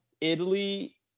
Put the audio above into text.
Italy